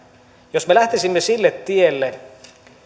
jos me lähtisimme sille tielle